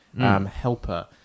helper